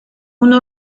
una